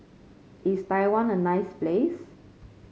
is Taiwan a nice place